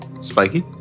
Spiky